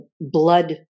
blood